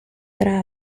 tra